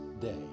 day